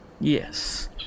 Yes